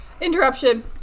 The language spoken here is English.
interruption